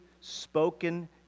spoken